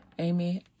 amen